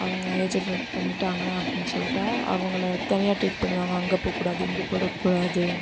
அவங்க age attain பண்ணிட்டாங்கனால் அப்படின்னு சொல்லிட்டா அவங்கள தனியாக ட்ரீட் பண்ணுவாங்க அங்கே போகக்கூடாது இஙகே போய்விடக்கூடாது